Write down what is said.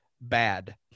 bad